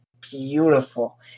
beautiful